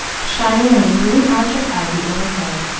shining on the green arch of ivy overhead,